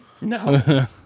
No